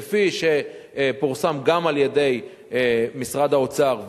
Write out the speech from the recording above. כפי שפורסם גם על-ידי משרד האוצר,